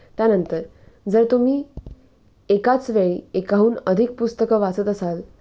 त्यानंतर जर तुम्ही एकाच वेळी एकाहून अधिक पुस्तकं वाचत असाल